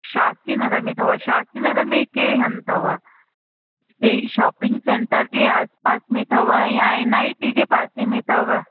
शास्त्री नगर में अथव शास्त्री नगर में कहिड़े हंध अथव हिते शॉपिंग सेंटर जे आसिपासि में अथव या एन आई टी जे पासे में अथव